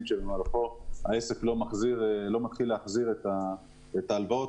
שבמהלכן העסק לא תחיל להחזיר את ההלוואות,